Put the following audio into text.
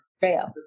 fail